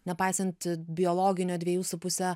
nepaisant biologinio dvejų su puse